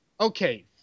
okay